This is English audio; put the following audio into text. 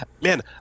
Man